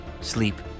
sleep